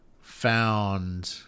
found